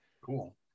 Cool